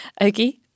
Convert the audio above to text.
Okay